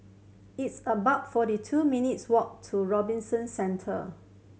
it's about forty two minutes' walk to Robinson Centre